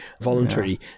voluntary